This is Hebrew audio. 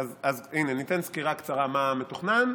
הינה, ניתן סקירה קצרה מה מתוכנן.